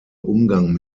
umgang